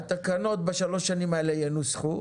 התקנות בשלוש השנים האלה ינוסחו.